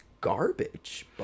garbage